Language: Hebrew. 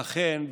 ואכן,